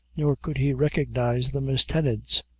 nor could he recognize them as tenants.